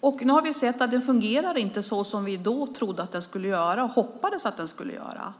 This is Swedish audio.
och nu har vi sett att den inte fungerar på det sätt som vi då trodde och hoppades att den skulle göra.